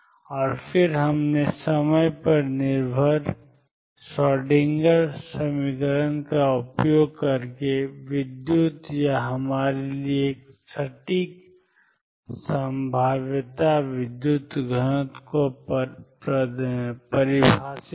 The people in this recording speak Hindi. और फिर हमने समय पर निर्भर श्रोएडिंगर समीकरण का उपयोग करके विद्युत या हमारे लिए अधिक सटीक संभाव्यता विद्युत घनत्व को परिभाषित किया